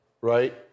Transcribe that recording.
right